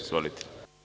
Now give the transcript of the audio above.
Izvolite.